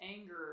anger